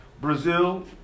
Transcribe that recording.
Brazil